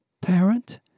parent